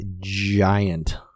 giant